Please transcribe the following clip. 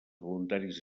voluntaris